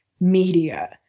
media